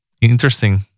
interesting